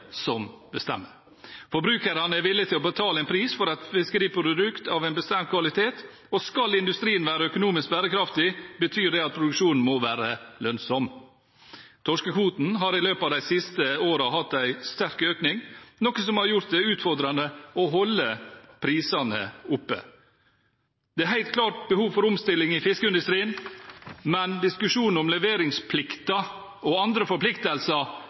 som bestemmer. Forbrukerne er villige til å betale en pris for et fiskeriprodukt av en bestemt kvalitet, og skal industrien være økonomisk bærekraftig, betyr det at produksjonen må være lønnsom. Torskekvoten har i løpet av de siste årene hatt en sterk økning, noe som har gjort det utfordrende å holde prisene oppe. Det er helt klart behov for omstilling i fiskeindustrien, men diskusjonen om leveringsplikten og andre forpliktelser